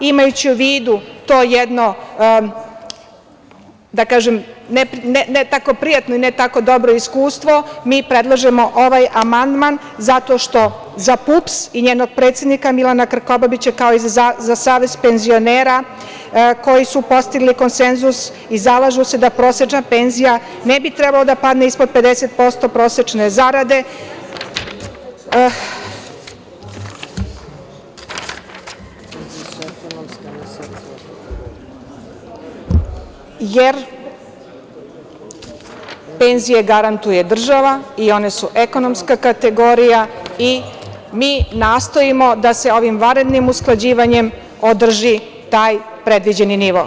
Imajući u vidu to jedno, da kažem, ne tako prijatno i ne tako dobro iskustvo, predlažemo ovaj amandman zato što za PUPS i njenog predsednika Milana Krkobabića, kao i za Savez penzionera koji su postigli konsenzus i zalažu se da prosečna penzija ne bi trebala da padne ispod 50% prosečne zarade, jer penzije garantuje država i one su ekonomska kategorija i mi nastojimo da se ovim vanrednim usklađivanjem održi taj predviđeni nivo.